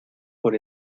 por